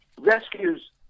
rescues